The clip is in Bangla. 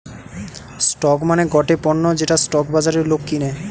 স্টক মানে গটে পণ্য যেটা স্টক বাজারে লোক কিনে